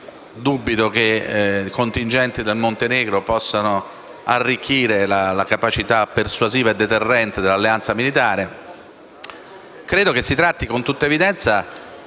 Dubito che i contingenti del Montenegro possano arricchire la capacità persuasiva e deterrente dell'alleanza militare. Credo che si tratti, con tutta evidenza,